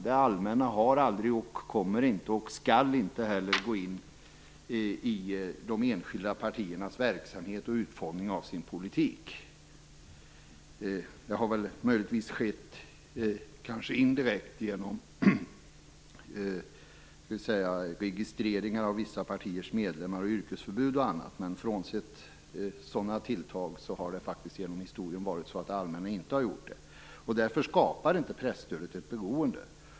Det allmänna har aldrig, kommer inte och skall inte heller gå in i de enskilda partiernas verksamhet och utformning av deras politik. Det har möjligtvis skett indirekt genom registrering av vissa partiers medlemmar, yrkesförbud och annat. Men frånsett sådana tilltag har det allmänna genom historien inte gjort det. Presstödet skapar därför inte ett beroende.